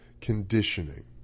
conditioning